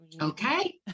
okay